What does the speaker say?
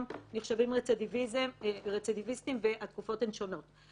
נחשבים רצידיוויסטים והתקופות הן שונות.